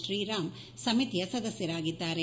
ಶ್ರೀರಾಮ್ ಸಮಿತಿಯ ಸದಸ್ಯ ರಾಗಿದ್ದಾರೆ